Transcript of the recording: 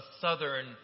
Southern